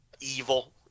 evil